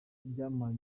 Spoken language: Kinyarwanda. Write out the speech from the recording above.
byampaye